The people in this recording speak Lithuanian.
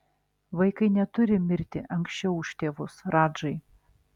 vaikai neturi mirti anksčiau už tėvus radžai